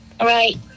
Right